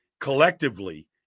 collectively